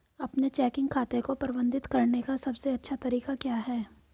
अपने चेकिंग खाते को प्रबंधित करने का सबसे अच्छा तरीका क्या है?